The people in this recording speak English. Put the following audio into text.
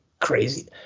crazy